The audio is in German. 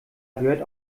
gehört